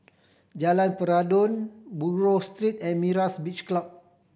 Jalan Peradun Buroh Street and Myra's Beach Club